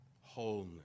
wholeness